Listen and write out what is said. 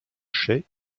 chaix